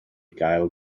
gael